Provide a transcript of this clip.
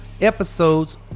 episodes